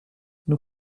nous